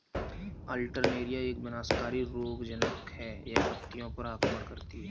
Alternaria एक विनाशकारी रोगज़नक़ है, यह पत्तियों पर आक्रमण करती है